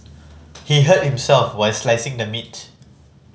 he hurt himself while slicing the meat